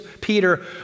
Peter